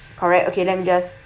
correct okay let me just